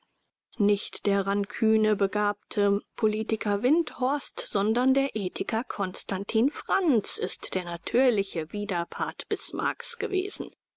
nicht der rankünebegabte politiker windthorst sondern der ethiker constantin frantz ist der natürliche widerpart bismarcks gewesen